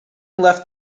left